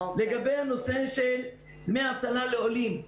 לגבי הנושא של דמי אבטלה לעולים,